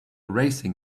racing